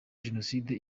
jenoside